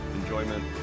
enjoyment